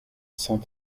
cent